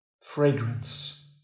fragrance